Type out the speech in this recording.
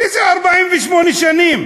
איזה 48 שנים?